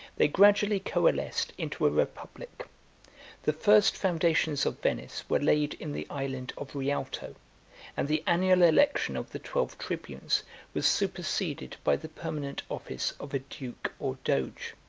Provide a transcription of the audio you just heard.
they gradually coalesced into a republic the first foundations of venice were laid in the island of rialto and the annual election of the twelve tribunes was superseded by the permanent office of a duke or doge.